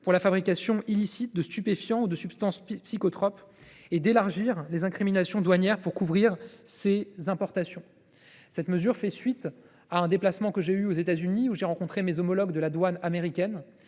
pour la fabrication illicite de stupéfiants ou de substances psychotropes et d’élargir les incriminations douanières pour couvrir ces importations. Cette mesure fait suite à un déplacement que j’ai effectué aux États Unis, où j’ai rencontré mes homologues responsables de la douane américaine,